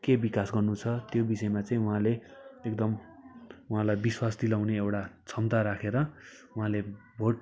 के विकास गर्नुछ त्यो विषयमा चाहिँ उहाँले एकदम उहाँलाई विश्वास दिलाउने एउटा क्षमता राखेर उहाँले भोट